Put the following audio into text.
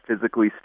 physically